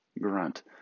grunt